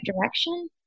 direction